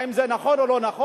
האם זה נכון או לא נכון,